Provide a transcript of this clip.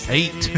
eight